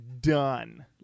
done